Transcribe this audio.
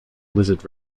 lizard